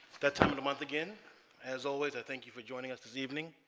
that time in a month again as always i thank you for joining us this evening